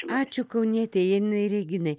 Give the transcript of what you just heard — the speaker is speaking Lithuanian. ačiū kaunietei janinai reginai